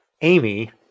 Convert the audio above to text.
Amy